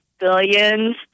billions